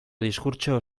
diskurtso